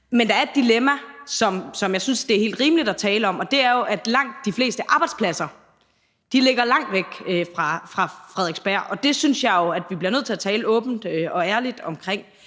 Men der er et dilemma, som jeg synes er helt rimeligt at tale om, og det er jo, at langt de fleste arbejdspladser ligger langt væk fra Frederiksberg, og det synes jeg jo at vi bliver nødt til at tale åbent og ærligt om.